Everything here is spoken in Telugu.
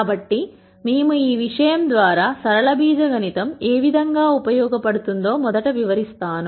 కాబట్టి మేము ఈ విషయం ద్వారా సరళ బీజగణితం ఏ విధంగా ఉపయోగపడుతుందో మొదట వివరిస్తాను